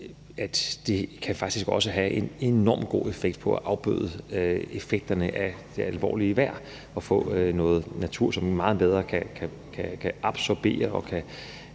også kan have en enormt god effekt på at afbøde effekterne af det alvorlige vejr ved at få noget natur, som meget bedre kan absorbere